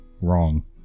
Wrong